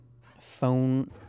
phone